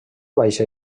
baixa